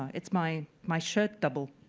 it's my my shirt double.